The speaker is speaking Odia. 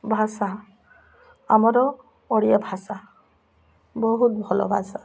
ଭାଷା ଆମର ଓଡ଼ିଆ ଭାଷା ବହୁତ ଭଲ ଭାଷା